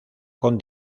con